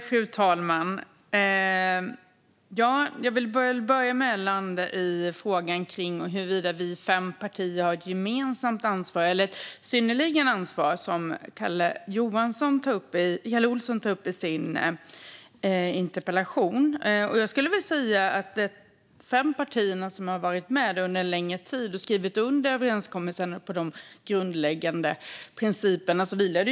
Fru talman! Jag vill börja med att landa i frågan om huruvida vi fem partier har ett gemensamt ansvar, eller ett synnerligt ansvar, som Kalle Olsson tog upp i sin interpellation. Givetvis vilar det ett särskilt ansvar på de fem partier som har varit med under en längre tid och som har skrivit under överenskommelsen om de grundläggande principerna.